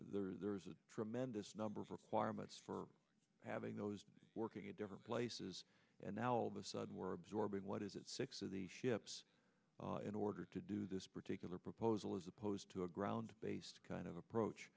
there there's a tremendous number of requirements for having those working in different places and now all of a sudden were absorbed in what is it six of the ships in order to do this particular proposal as opposed to a ground based kind of approach